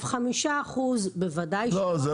אז 5% בוודאי ש --- לא,